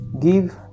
give